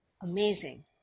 Amazing